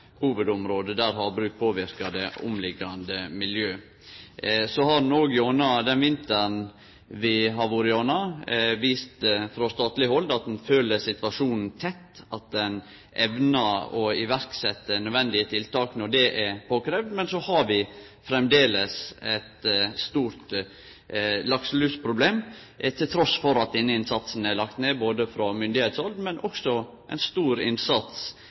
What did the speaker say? hovudområde der havbruk påverkar det omliggjande miljøet. Frå statleg hald har ein gjennom vinteren vi var igjennom, vist at ein følgjer situasjonen tett, og at ein evnar å setje i verk nødvendige tiltak når det er påkravd, men framleis har vi eit stort lakselusproblem – trass i den innsatsen som er lagd ned frå styresmaktene, og med stor innsats